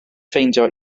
ffeindio